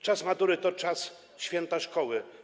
Czas matury to czas święta szkoły.